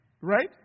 Right